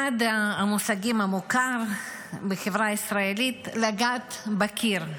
אחד המושגים המוכרים בחברה הישראלית הוא "לגעת בקיר".